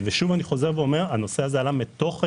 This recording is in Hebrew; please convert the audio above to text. שוב הנושא הזה עלה מתוך היבואנים,